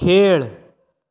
खेळ